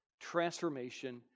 Transformation